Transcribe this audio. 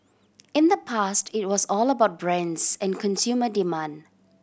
in the past it was all about brands and consumer demand